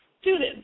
students